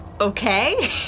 Okay